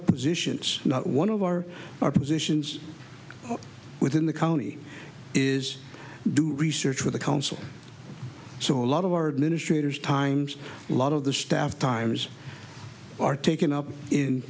positions not one of our our positions within the county is do research with the council so a lot of our administrators times a lot of the staff times are taken up in